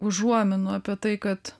užuominų apie tai kad